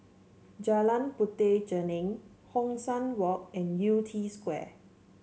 Jalan Puteh Jerneh Hong San Walk and Yew Tee Square